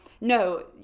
no